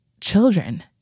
children